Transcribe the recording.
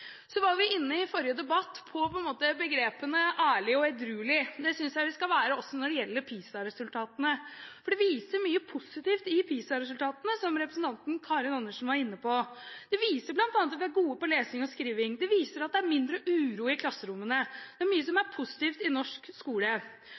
I forrige debatt var vi inne på begrepene «ærlig» og «edruelig». Det synes jeg vi skal være også når det gjelder PISA-resultatene. For det vises mye positivt i PISA-resultatene, som representanten Karin Andersen var inne på. De viser bl.a. at vi er gode på lesing og skriving, de viser at det er mindre uro i klasserommene. Det er mye som er